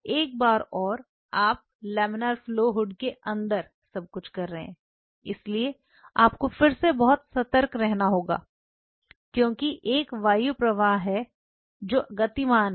एक बार और आप लमिनार फ्लो हुड के अंदर सब कुछ कर रहे हैं इसलिए आपको फिर से बहुत सतर्क रहना होगा क्योंकि एक वायु प्रवाह है जो गतिमान है